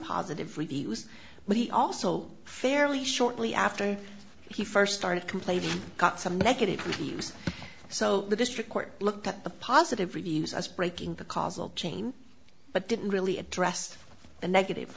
positive reviews but he also fairly shortly after he first started complaining got some negative reviews so the district court looked at the positive reviews as breaking the causal chain but didn't really address the negative